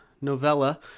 novella